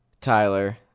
Tyler